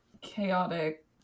chaotic